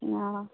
অঁ